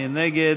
מי נגד?